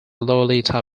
lolita